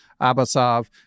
Abasov